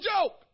joke